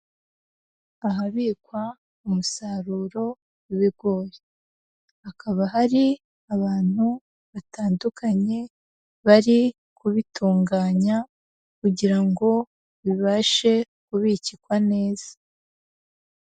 Ahabikwa umusaruro w'ibigori hakaba hari abantu batandukanye bari kubitunganya kugira ngo bibashe kubikikwa neza.